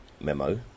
memo